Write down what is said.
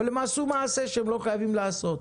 אבל הם עשו מעשה שהם לא חייבים לעשות.